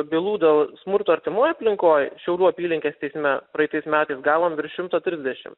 bylų dėl smurto artimoj aplinkoj šiaulių apylinkės teisme praeitais metais gavom virš šimto trisdešimt